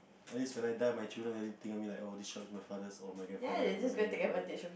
at least when I die my children really think of me like this was my father or my grandfather or my great grandfather